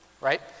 right